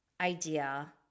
idea